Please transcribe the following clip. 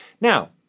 Now